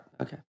Okay